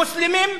מוסלמים,